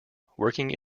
working